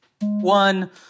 One